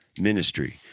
ministry